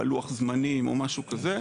בלוח-הזמנים או משהו כזה,